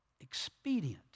expedient